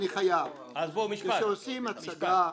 שנית, כשעושים הצגה,